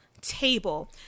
table